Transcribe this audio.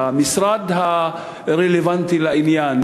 המשרד הרלוונטי לעניין,